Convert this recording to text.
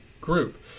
group